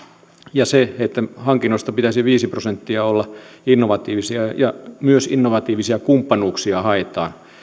se että hankinnoista pitäisi viisi prosenttia olla innovatiivisia ja myös innovatiivisia kumppanuuksia haetaan